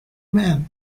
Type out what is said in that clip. man